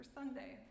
Sunday